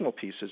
pieces